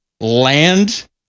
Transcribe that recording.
land